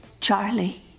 Charlie